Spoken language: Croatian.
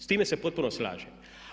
S time se potpuno slažem.